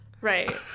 Right